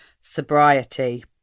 sobriety